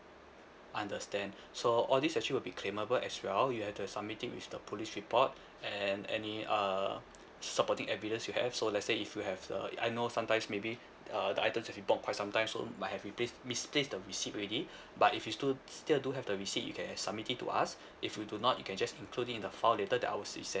understand so all these actually will be claimable as well you have to submit it with the police report and any uh supporting evidence you have so let's say if you have uh I know sometimes maybe uh the items that you bought quite sometime so might have mispla~ misplaced the receipt already but if you sti~ still do have the receipt you can submit it to us if you do not you can just include it in the file later that I was still